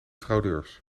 fraudeurs